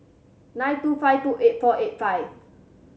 nine two five two eight four eight five